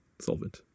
solvent